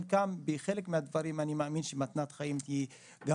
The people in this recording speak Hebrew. בחלק מהדברים אני מאמין שגם מתנת חיים תעזור.